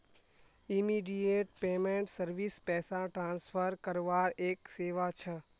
immediate payment service पैसा transfer करवार एक सेवा छ